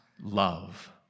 love